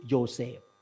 Joseph